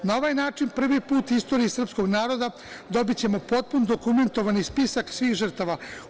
Na ovaj način prvi put u istoriji srpskog naroda dobićemo potpun dokumentovani spisak svih žrtava.